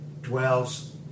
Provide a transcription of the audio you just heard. dwells